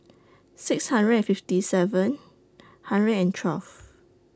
six hundred and fifty seven hundred and twelve